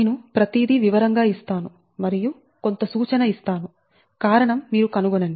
నేను ప్రతిదీ వివరంగా ఇస్తాను మరియు కొంత సూచన ఇస్తాను కారణం మీరు కనుగొనండి